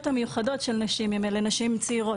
המיוחדות של נשים - אם אלה נשים צעירות,